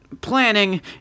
planning